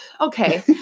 okay